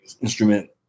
instrument